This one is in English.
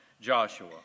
Joshua